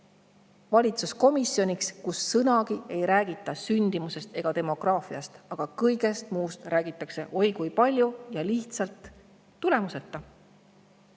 valitsuskomisjon, kus sõnagi ei räägita sündimusest ega demograafiast, aga kõigest muust räägitakse oi kui palju ja lihtsalt tulemuseta?